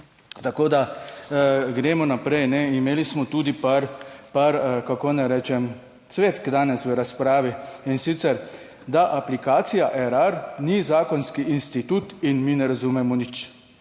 Tako da, gremo naprej. Imeli smo tudi par, par, kako naj rečem, cvetk danes v razpravi in sicer, da aplikacija Erar ni zakonski institut in mi ne razumemo nič